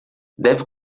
deve